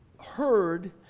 heard